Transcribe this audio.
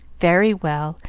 very well,